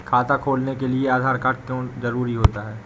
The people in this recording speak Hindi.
खाता खोलने के लिए आधार कार्ड क्यो जरूरी होता है?